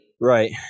Right